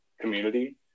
community